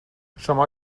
شما